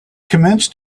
commenced